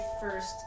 first